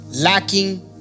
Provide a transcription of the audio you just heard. lacking